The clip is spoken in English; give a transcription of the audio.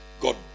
God